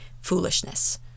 foolishness